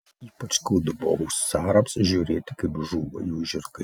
ypač skaudu buvo husarams žiūrėti kaip žūva jų žirgai